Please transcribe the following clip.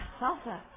salsa